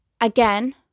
again